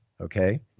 Okay